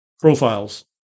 profiles